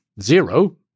Zero